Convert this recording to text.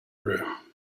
room